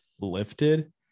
lifted